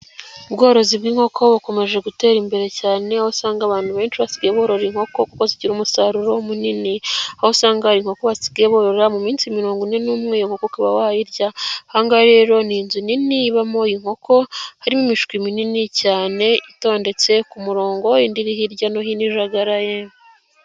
Ubworozi bw'inkoko bukomeje gutera imbere cyane, aho usanga abantu benshi basigaye borora inkoko kuko zigira umusaruro munini. Aho usanga inkoko basigaye borora mu minsi mirongo ine n'u umwe ukaba wayirya. ahangaha rero ni inzu nini ibamo inkoko harimo imishwi minini cyane itondetse ku murongo indi iri hirya no hino i jagaraye.